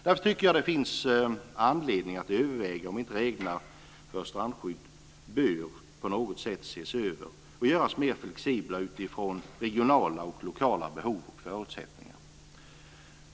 Därför tycker jag att det finns anledning att överväga om inte reglerna för strandskydd på något sätt bör ses över och göras mer flexibla utifrån regionala och lokala behov och förutsättningar.